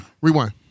rewind